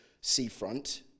seafront